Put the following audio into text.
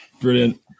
Brilliant